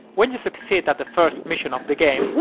when you succeed at the first mission of the game,